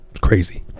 Crazy